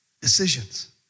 Decisions